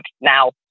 Now